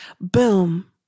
Boom